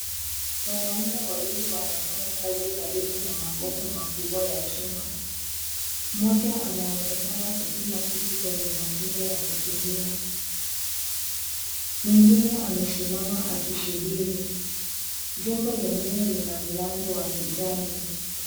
Wanaume wawili wanafanya kazi karibu na makopo makubwa ya chuma. Mmoja anaonekana kupima kitu kwenye mashine ya kupimia. Mwengine amesimama akisubiri. Jengo lenyewe lina mlango wa kijani.